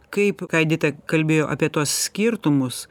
kaip ką edita kalbėjo apie tuos skirtumus